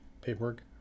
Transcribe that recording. paperwork